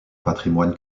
patrimoine